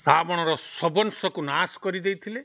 ରାବଣର ସବଂଶକୁ ନାଶ କରିଦେଇଥିଲେ